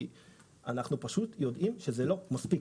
אנחנו יודעים שזה לא מספיק.